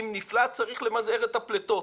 אם נפלט, צריך למזער את הפליטות